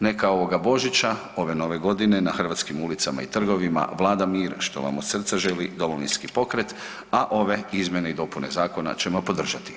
Neka ovoga Božića, ove Nove godine, na hrvatskim ulicama i trgovima, vlada mir, što vam od srca želi Domovinski pokret, a ove izmjene i dopune zakona ćemo podržati.